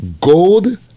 Gold